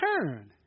turn